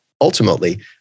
ultimately